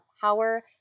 power